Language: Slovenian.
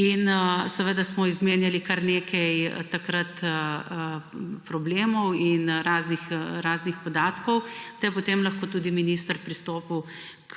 In seveda smo takrat izmenjali kar nekaj problemov in raznih podatkov, da je potem lahko tudi minister pristopil